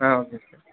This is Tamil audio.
ah okay sir